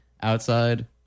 outside